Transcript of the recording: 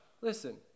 Listen